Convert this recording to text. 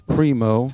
Primo